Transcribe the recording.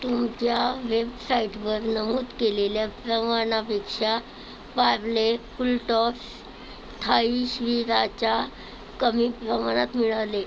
तुमच्या वेबसाइटवर नमूद केलेल्या प्रमाणापेक्षा पार्ले फुलटॉस थाई श्रीराच्या कमी प्रमाणात मिळाले